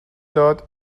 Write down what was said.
داد